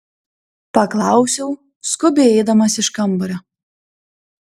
paklausiau skubiai eidamas iš kambario